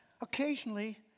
occasionally